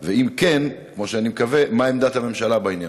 3. אם כן, כמו שאני מקווה, מה עמדת הממשלה בעניין?